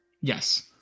Yes